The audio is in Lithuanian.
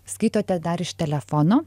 skaitote dar iš telefono